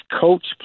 coach